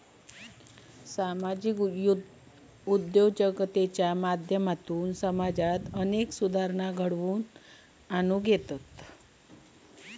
सामाजिक उद्योजकतेच्या माध्यमातना समाजात अनेक सुधारणा घडवुन आणता येतत